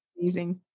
Amazing